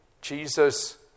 Jesus